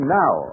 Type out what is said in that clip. now